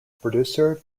producer